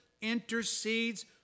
intercedes